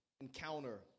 encounter